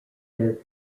their